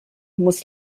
muss